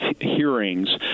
hearings